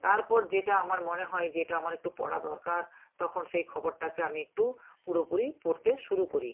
তারপর যেটা আমার মনে হয় যে এটা আমার একটু পড়া দরকার তখন সেই খবরটাকে আমি একটু পুরোপুরি পড়তে শুরু করি